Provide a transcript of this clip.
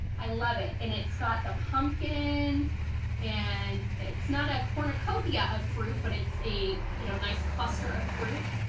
i love it, and it's got the pumpkin and it's not a cornucopia of fruit but it's a you know nice cluster of fruit.